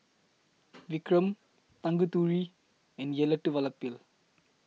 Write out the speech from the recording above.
Vikram Tanguturi and Elattuvalapil